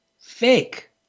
fake